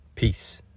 Peace